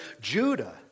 Judah